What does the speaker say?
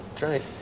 Right